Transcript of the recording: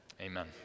Amen